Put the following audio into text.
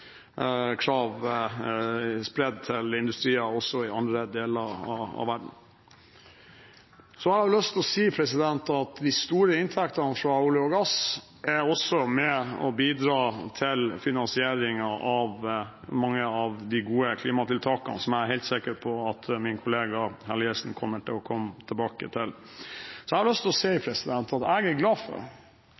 til industrier også i andre deler av verden. Så har jeg lyst til å si at de store inntektene fra olje og gass også er med på å bidra til finansieringen av mange av de gode klimatiltakene som jeg er helt sikker på at min kollega Helgesen kommer til å komme tilbake til. Og så har jeg lyst til å si at jeg er glad for